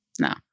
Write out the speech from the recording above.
No